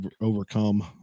overcome